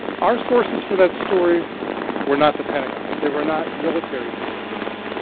our sources for that story were not the pentagon. they were not military sources.